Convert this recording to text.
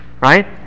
right